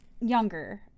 younger